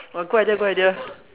!wah! good idea good idea